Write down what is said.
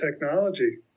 technology